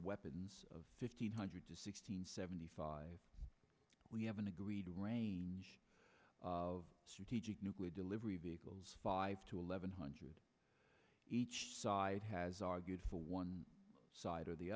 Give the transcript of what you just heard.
weapons of fifteen hundred to six hundred seventy five we have an agreed range of strategic nuclear delivery vehicles five to eleven hundred each side has argued for one side or the